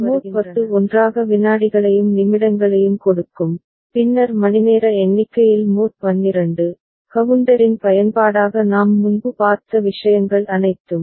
எனவே mod 6 mod 10 ஒன்றாக விநாடிகளையும் நிமிடங்களையும் கொடுக்கும் பின்னர் மணிநேர எண்ணிக்கையில் மோட் 12 கவுண்டரின் பயன்பாடாக நாம் முன்பு பார்த்த விஷயங்கள் அனைத்தும்